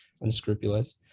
unscrupulous